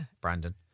Brandon